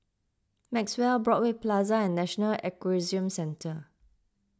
Maxwell Broadway Plaza and National Equestrian Centre